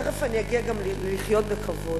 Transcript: תיכף אני אגיע גם ללחיות בכבוד.